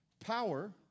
Power